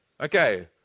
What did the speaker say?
Okay